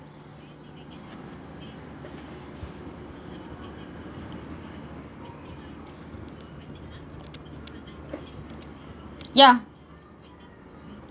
ya